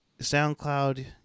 SoundCloud